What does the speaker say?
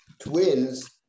twins